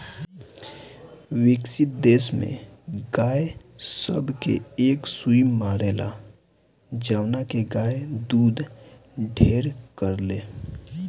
विकसित देश में गाय सब के एक सुई मारेला जवना से गाय दूध ढेर करले